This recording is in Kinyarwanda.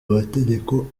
amategeko